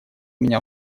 меня